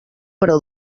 però